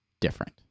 different